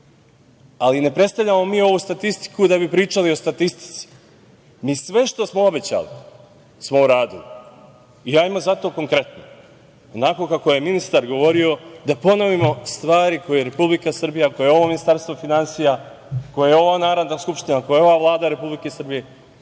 ali ne predstavljamo mi ovu statistiku da bi pričali o statistici, mi sve što smo obećali smo uradili. Hajdemo zato konkretno, onako kako je ministar govorio da ponovimo stvari koje je Republika Srbija, koje je ovo Ministarstvo finansija, koje je ova Narodna skupština, ova Vlada Republike Srbije,